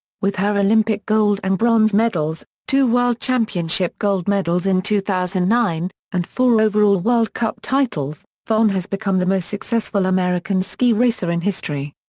with her olympic gold and bronze medals, two world championship gold medals in two thousand and nine, and four overall world cup titles, vonn has become the most successful american ski racer in history.